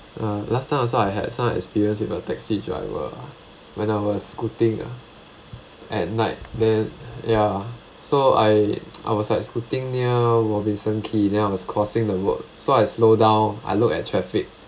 uh last time also I had some experience with a taxi driver when I was scooting ah at night then ya so I I was like scooting near robinson quay then I was crossing the road so I slow down I look at traffic